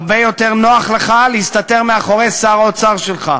הרבה יותר נוח לך להסתתר מאחורי שר האוצר שלך,